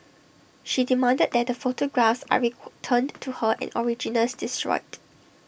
she demanded that the photographs are returned to her and originals destroyed